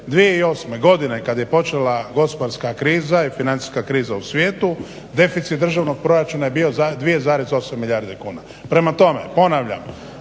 2008. godine kad je počela gospodarska kriza i financijska kriza u svijetu, deficit državnog proračuna je bio za 2,8 milijardi kuna. Prema tome ponavljam,